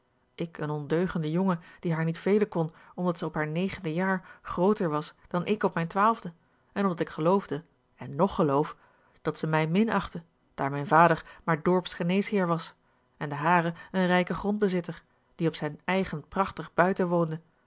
ik een ondeugende jongen die haar niet velen kon omdat zij op haar negende jaar grooter was dan ik op mijn twaalfde en omdat ik geloofde en ng geloof dat zij mij minachtte daar mijn vader maar dorpsgeneesheer was en de hare een rijke grondbezitter die op zijn eigen prachtig